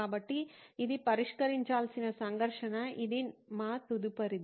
కాబట్టి ఇది పరిష్కరించాల్సిన సంఘర్షణ ఇది మా తదుపరిది